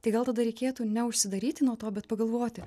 tai gal tada reikėtų neužsidaryti nuo to bet pagalvoti